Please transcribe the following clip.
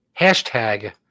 hashtag